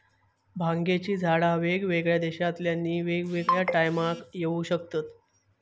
भांगेची झाडा वेगवेगळ्या देशांतल्यानी वेगवेगळ्या टायमाक येऊ शकतत